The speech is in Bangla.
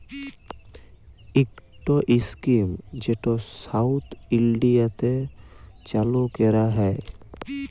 ইকট ইস্কিম যেট সাউথ ইলডিয়াতে চালু ক্যরা হ্যয়